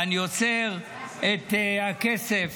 ואני עוצר את הכסף